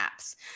apps